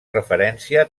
referència